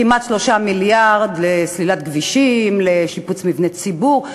כמעט 3 מיליארד לסלילת כבישים, לשיפוץ מבני ציבור.